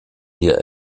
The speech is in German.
hier